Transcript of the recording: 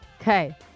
Okay